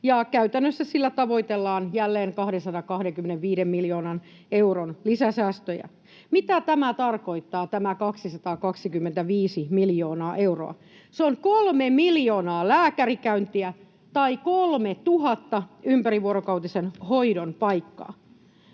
käytännössä sillä tavoitellaan jälleen 225 miljoonan euron lisäsäästöjä. Mitä tämä 225 miljoonaa euroa tarkoittaa? Se on kolme miljoonaa lääkärikäyntiä tai kolmetuhatta ympärivuorokautisen hoidon paikkaa.